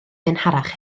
gynharach